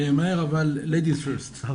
אני ממהר אבל ליידיס פירסט.